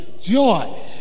joy